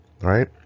Right